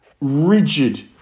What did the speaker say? rigid